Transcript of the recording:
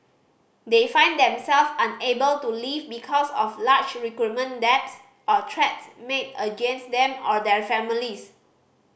they find them self unable to leave because of large recruitment debts or threats made against them or their families